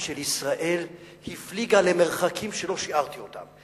של ישראל הפליגה למרחקים שלא שיערתי אותם,